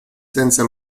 senza